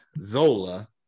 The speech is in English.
Zola